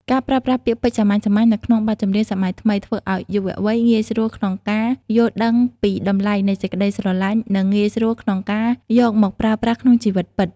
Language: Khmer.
ការប្រើប្រាស់ពាក្យពេចន៍សាមញ្ញៗនៅក្នុងបទចម្រៀងសម័យថ្មី ធ្វើឱ្យយុវវ័យងាយស្រួលក្នុងការយល់ដឹងពីតម្លៃនៃសេចក្តីស្រឡាញ់ និងងាយស្រួលក្នុងការយកមកប្រើប្រាស់ក្នុងជីវិតពិត។